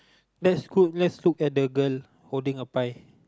let's look let's look at the girl holding a pie